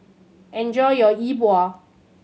enjoy your Yi Bua